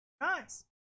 Nice